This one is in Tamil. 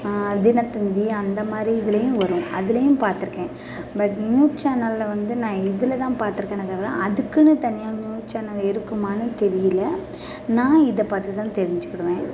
தினத்தந்தி அந்த மாதிரி இதிலையும் வரும் அதிலையும் பார்த்துருக்கேன் பட் நியூஸ் சேனல் வந்து நான் இதில் தான் பார்த்துருக்கேனே தவிர அதுக்குன்னு தனியாக நியூஸ் சேனல் இருக்குமான்னு தெரியல நான் இதை பார்த்து தான் தெரிஞ்சிக்கிடுவேன்